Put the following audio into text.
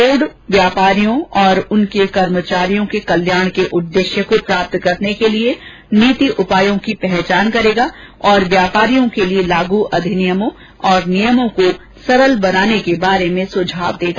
board व्यापारियों और उनके कर्मचारियों के कल्याण के उद्देश्य को प्राप्त करने के लिए नीति उपायों की पहचान करेगा और व्यापारियों के लिए लागू अधिनियमों और नियमों को सरल बनाने के बारे में सुझाव देगा